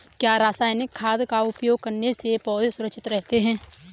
क्या रसायनिक खाद का उपयोग करने से पौधे सुरक्षित रहते हैं?